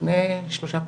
לפני שלושה חודשים.